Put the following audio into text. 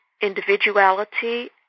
individuality